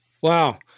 Wow